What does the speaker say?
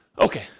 Okay